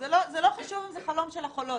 זה לא חשוב אם זה חלום שלך או לא.